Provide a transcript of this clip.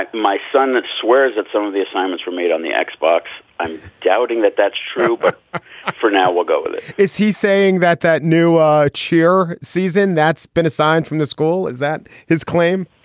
my son that swears at some of the assignments were made on the x-box i'm doubting that that's true. but for now, we'll go with it is he saying that that new ah cheer season that's been assigned from the school, is that his claim?